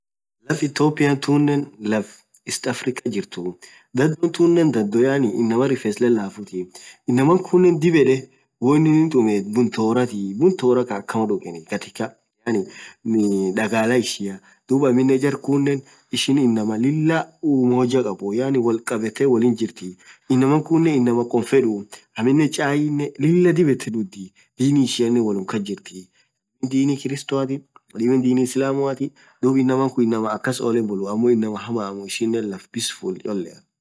laaff Ethiopian tunen laf east Africa jirtuuu dhadho tunen dhadho inaman riffes lalafuthi inakhunen dhib yed won inin thumethu bunnn thorathii bunn thoraa Khan akama dhugeni dhagala ishia dhub aminen jarkunen ishin inamaa Lilah ummoja khabbu yaani wolkhabethe wolini jirtiii inamaa khunen inamaa khom fedhuu aminen chainen Lilah dhib yethee dhudhii Dini ishianen wolum kasjirthi kadhibin Dini kirstoati kadhibin Dini islamuatii dhub inamaa khun inamaa akas oleee bhuluuu ammo inamaa hamammu ishinen laf peaceful cholea